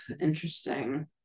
interesting